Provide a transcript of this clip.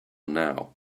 now